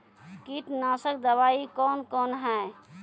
कीटनासक दवाई कौन कौन हैं?